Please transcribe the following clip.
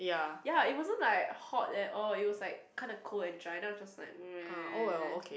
ya it wasn't like hot at all it was like kinda cold and dry then I was just like meh